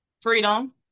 Freedom